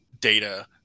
data